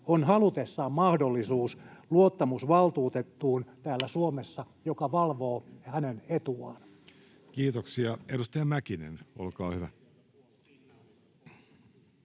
on halutessaan mahdollisuus täällä Suomessa luottamusvaltuutettuun, joka valvoo heidän etuaan. Kiitoksia. — Edustaja Mäkinen, olkaa hyvä.